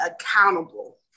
accountable